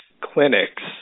clinics